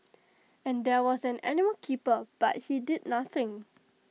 and there was an animal keeper but he did nothing